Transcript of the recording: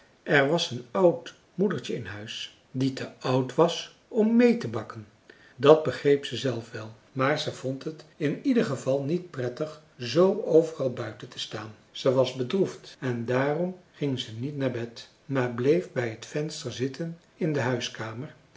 er was een oud moedertje in huis die te oud was om meê te bakken dat begreep ze zelf wel maar ze vond het in ieder geval niet prettig zoo overal buiten te staan ze was bedroefd en daarom ging ze niet naar bed maar bleef bij het venster zitten in de huiskamer